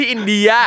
India